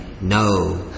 no